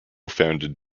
founded